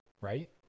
right